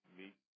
meet